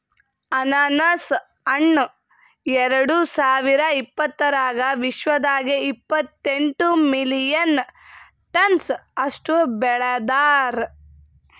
ಅನಾನಸ್ ಹಣ್ಣ ಎರಡು ಸಾವಿರ ಇಪ್ಪತ್ತರಾಗ ವಿಶ್ವದಾಗೆ ಇಪ್ಪತ್ತೆಂಟು ಮಿಲಿಯನ್ ಟನ್ಸ್ ಅಷ್ಟು ಬೆಳದಾರ್